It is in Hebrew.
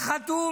מה חטאו,